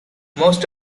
most